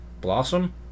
Blossom